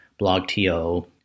BlogTO